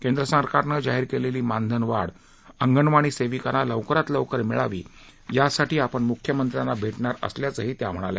केंद्र सरकारनं जाहीर केलेली मानधनवाढ अंगणवाडी सेविकांना लवकरात लवकर मिळावी यासाठी आपण मुख्यमंत्र्यांना भेटणार असल्याचंही त्या म्हणाल्या